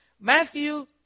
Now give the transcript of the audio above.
Matthew